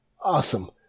Awesome